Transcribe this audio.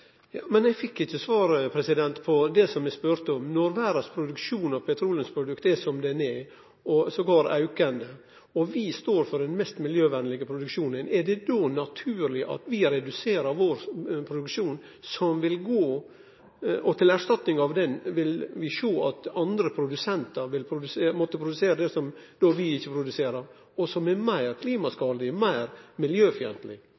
eg spurde om: Når verdas produksjon av petroleumsprodukt er som han er, og til og med er aukande, og vi står for den mest miljøvennlege produksjonen, er det då naturleg at vi reduserer vår produksjon, og at vi som erstatning for den vil sjå at andre produsentar vil måtte produsere det som vi då ikkje produserer, meir klimaskadeleg og meir miljøfiendtleg? Det var ikkje det eg argumenterte for, og det er